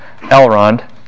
Elrond